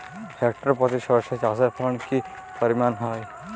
Hectare প্রতি সর্ষে চাষের ফলন কি পরিমাণ হয়?